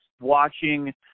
watching